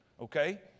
Okay